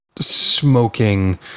smoking